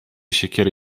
siekiery